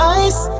ice